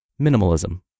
Minimalism